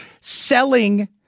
selling